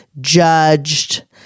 judged